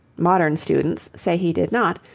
modern students say he did not,